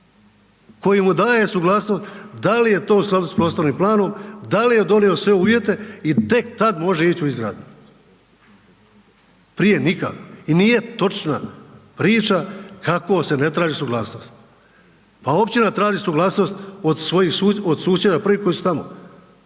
koji mu daje suglasnost da li je to s prostornim planom, da li je donio sve uvjete i tek tad može ići u izgradnju. Prije nikakvo. I nije točna priča kako se ne traži suglasnost. Pa općina traži suglasnost od svojih susjeda,